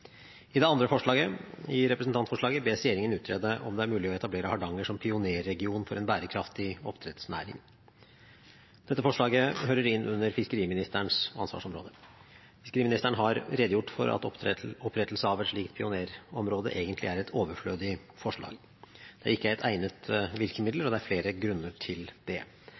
I det andre forslaget i representantforslaget bes regjeringen utrede om det er mulig å etablere Hardanger som pionerregion for en bærekraftig oppdrettsnæring. Dette forslaget hører inn under fiskeriministerens ansvarsområde. Fiskeriministeren har redegjort for at opprettelse av et slikt pionerområde egentlig er et overflødig forslag. Det er ikke et egnet virkemiddel, og det er flere grunner til det.